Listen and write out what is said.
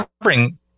covering